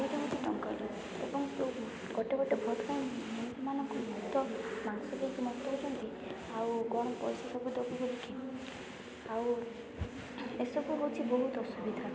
ଗୋଟେ ଗୋଟେ ଟଙ୍କା ଏବଂ ଗୋଟେ ଗୋଟେ ଭୋଟ୍ ପାଇଁ ମାନଙ୍କୁ ମଦ ମାଂସ ଦେଇକି ମତଉଛନ୍ତି ଆଉ କ'ଣ ପଇସା ଦେବୁ ଦେବୁ ବୋଲିକି ଆଉ ଏସବୁ ହେଉଛି ବହୁତ ଅସୁବିଧା